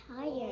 tired